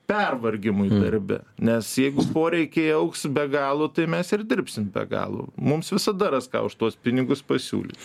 pervargimui darbe nes jeigu poreikiai augs be galo tai mes ir dirbsim be galo mums visada ras ką už tuos pinigus pasiūlyt